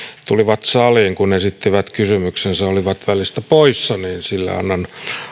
tulivat saliin kun esittivät kysymyksensä olivat välissä poissa sille annan